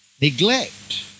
neglect